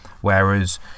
Whereas